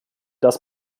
dass